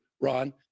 Ron